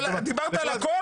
אבל דיברת על הכול,